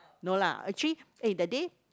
no lah actually eh that day